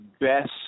best